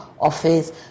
office